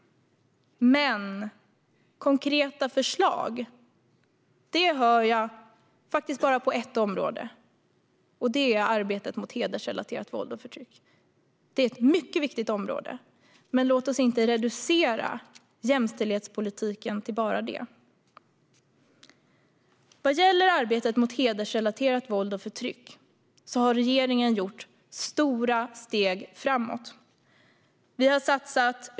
Men konkreta förslag hör jag faktiskt bara på ett område, nämligen arbetet mot hedersrelaterat våld och förtryck. Det är ett mycket viktigt område. Men låt oss inte reducera jämställdhetspolitiken till bara det. Vad gäller arbetet mot hedersrelaterat våld och förtryck har regeringen tagit stora steg framåt.